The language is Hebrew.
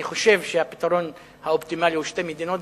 אני חושב שהפתרון האופטימלי הוא שתי מדינות,